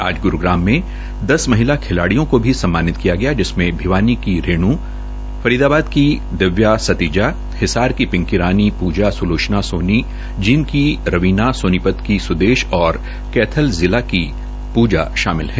आज ग्रूग्राम में दस महिला खिलाडिय़ों को भी सम्मानित किया गया जिसमें भिवानी की रेनू फरीदाबाद की दिव्या सतिजा हिसार की पिंकी रानी पूजा सलोचना सोनी जींद की रवीना सोनीपत की स्देश और कैथल जिला की पूजा शामिल है